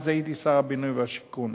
אז הייתי שר הבינוי והשיכון.